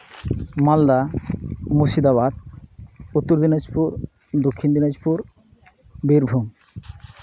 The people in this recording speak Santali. ᱢᱟᱞᱫᱟ ᱢᱩᱨᱥᱤᱫᱟᱵᱟᱫ ᱩᱛᱛᱚᱨ ᱫᱤᱱᱟᱡᱽᱯᱩᱨ ᱫᱚᱠᱠᱷᱤᱱ ᱫᱤᱱᱟᱡᱽᱯᱩᱨ ᱵᱤᱨᱵᱷᱩᱢ